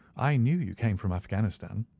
i knew you came from afghanistan.